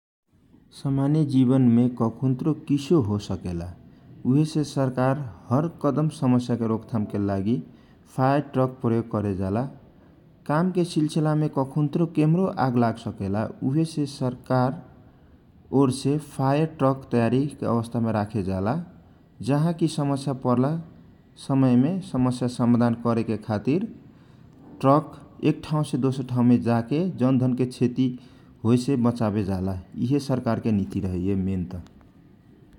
सामानय जिवनमें कखुनतरो किसो हो सकेला उ हेसे सरकार हर कदम समय समस्या रोकथाम के लागी आगो निभाएके खातिर दमकल तयारी अवस्था में र हेला जाहाँ के समसया पर्लक त्यहाँ समय मे जा के जनधन के क्षती कम करेके खातिर प्रयोग कयल जाला यि हे सरकार के निती बा ।